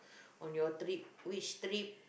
on your trip which trip